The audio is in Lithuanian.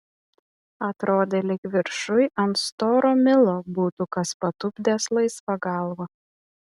atrodė lyg viršuj ant storo milo būtų kas patupdęs laisvą galvą